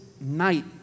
night